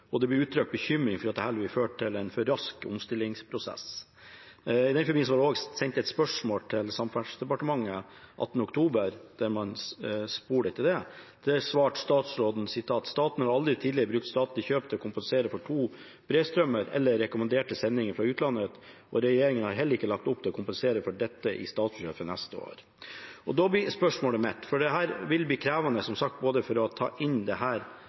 føre til en for rask omstillingsprosess. I den forbindelse var det også sendt et spørsmål til Samferdselsdepartementet 18. oktober, der man spurte om det. Da svarte statsråden: «Staten har aldri tidligere brukt statlige kjøp til å kompensere for to brevstrømmer eller rekommanderte sendinger fra utlandet og regjeringen har heller ikke lagt opp til å kompensere for dette i statsbudsjettet for neste år.» Det vil bli krevende, som sagt, både å ta inn